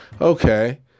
okay